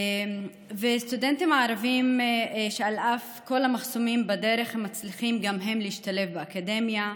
סטודנטים ערבים שעל אף כל המחסומים בדרך מצליחים גם הם להשתלב באקדמיה.